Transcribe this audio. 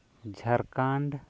Jharkhand